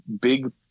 big